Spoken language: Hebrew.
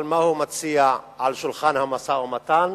אבל מה הוא מציע על שולחן המשא-ומתן?